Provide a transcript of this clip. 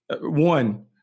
One